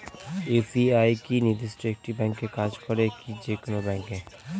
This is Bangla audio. ইউ.পি.আই কি নির্দিষ্ট একটি ব্যাংকে কাজ করে নাকি যে কোনো ব্যাংকে?